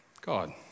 God